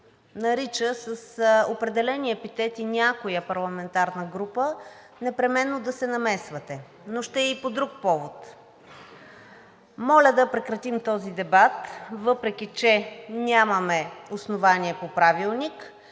нарича с определени епитети някоя парламентарна група, непременно да се намесвате, но ще е и по друг повод. Моля да прекратим този дебат, въпреки че нямаме основание по Правилник,